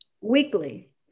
weekly